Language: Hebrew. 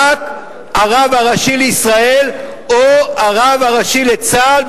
רק הרב הראשי לישראל או הרב הראשי לצה"ל,